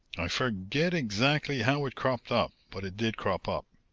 i forget exactly how it cropped up, but it did crop up.